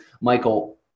Michael